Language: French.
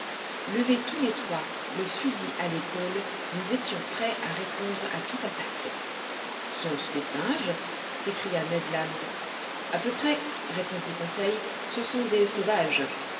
levés tous les trois le fusil à l'épaule nous étions prêts à répondre à toute attaque sont-ce des singes s'écria ned land a peu près répondit conseil ce sont des sauvages